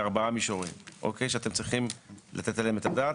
בארבעה מישורים שאתם צריכים לתת עליהם את הדעת.